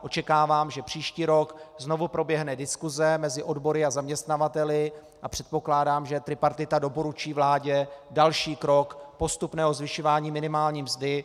Očekávám, že příští rok znovu proběhne diskuse mezi odbory a zaměstnavateli, a předpokládám, že tripartita doporučí vládě další krok postupného zvyšování minimální mzdy.